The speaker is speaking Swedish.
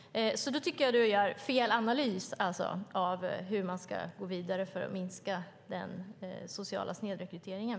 Jag tycker alltså att du gör fel analys av hur man ska gå vidare för att minska den sociala snedrekryteringen.